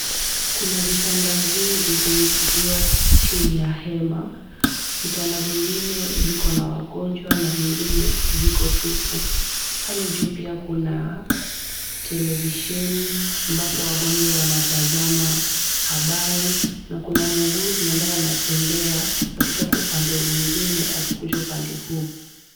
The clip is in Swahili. Kuna vitanda vingi vimetiliwa chini ya hema. Vitanda vingine viko na wagonjwa na vingine viko tupu. Pale juu pia kuna televisheni ambapo wagonjwa wanatazama habari na kuna muuguzi ambaye anatembea akitoka upande mwingine akikuja upande huu.